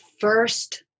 first-